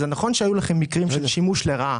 זה נכון שהיו לכם מקרים של שימוש לרעה,